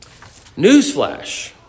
Newsflash